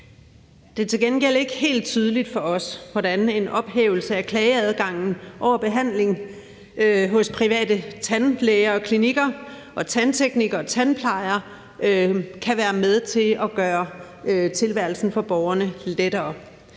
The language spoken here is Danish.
Det er til gengæld ikke helt tydeligt for os, hvordan en ophævelse af klageadgangen over behandling hos private tandlæger og -klinikker, tandteknikere og tandplejere kan være med til at gøre tilværelsen for borgerne lettere.